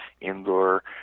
indoor